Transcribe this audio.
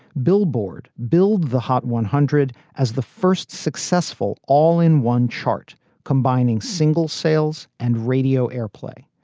billboard billed the hot one hundred as the first successful all in one chart combining single sales and radio airplay.